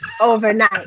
overnight